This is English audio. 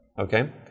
Okay